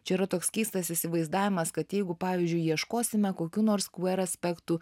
čia yra toks keistas įsivaizdavimas kad jeigu pavyzdžiui ieškosime kokių nors queer aspektų